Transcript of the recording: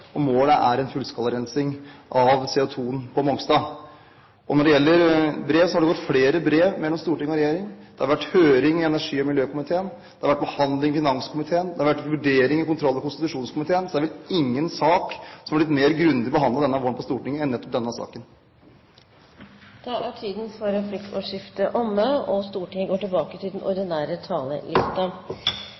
er målet. Målet er fullskalarensing av CO2 på Mongstad. Når det gjelder brev, har det gått flere brev mellom storting og regjering. Det har vært høring i energi- og miljøkomiteen, det har vært behandling i finanskomiteen, og det har vært vurdering i kontroll- og konstitusjonskomiteen. Det er vel ingen sak som er blitt grundigere behandlet på Stortinget denne våren enn nettopp denne saken. Replikkordskiftet er omme. En samlet opposisjon konkluderer i innstillingen med at olje- og